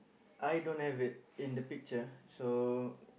I don't have it in the picture so